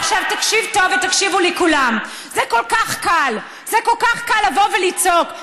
עכשיו תקשיב טוב ותקשיבו לי כולם: זה כל כך קל לבוא ולצעוק,